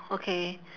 okay